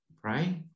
pray